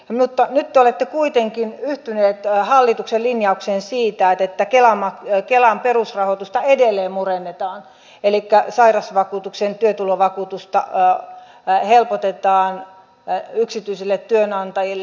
mutta nyt te olette kuitenkin yhtyneet hallituksen linjaukseen siitä että kelan perusrahoitusta edelleen murennetaan elikkä sairausvakuutuksen työtulovakuutusta helpotetaan yksityisille työnantajille